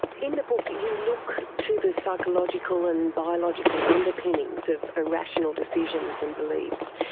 in the book you look to the psychological and biological underpinnings of irrational decisions and beliefs.